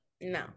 no